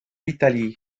italie